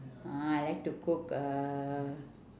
ah I like to cook uhh